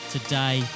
Today